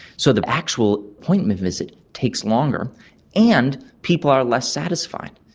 so the actual appointment visit takes longer and people are less satisfied.